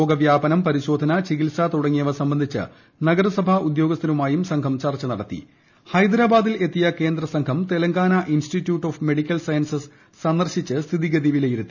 രോഗവ്യാപനം പരിശോധന ചികിത്സ തുടങ്ങിയവ സംബന്ധിച്ച് നഗരസഭാ ഉദ്യോഗസ്ഥരുമായും സംഘം ഹൈദ്രാബാദിൽ എത്തിയ കേന്ദ്രസംഘം Telangana institute of medical sciences സന്ദർശിച്ച് വിലയിരുത്തി